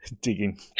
digging